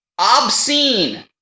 Obscene